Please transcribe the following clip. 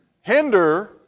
hinder